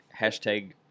Hashtag